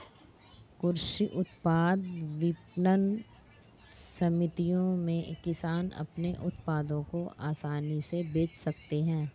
कृषि उत्पाद विपणन समितियों में किसान अपने उत्पादों को आसानी से बेच सकते हैं